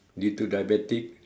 lead to diabetic